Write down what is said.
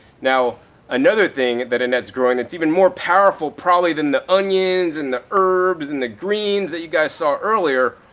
now another thing that annette's growing that's even more powerful probably than the onions and the herbs and the greens that you guys saw earlier,